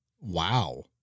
Wow